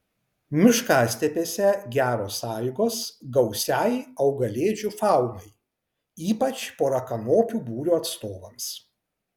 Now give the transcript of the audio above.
miškastepėse geros sąlygos gausiai augalėdžių faunai ypač porakanopių būrio atstovams